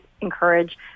encourage